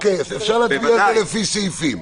אפשר להצביע על זה לפי סעיפים.